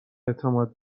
اعتماد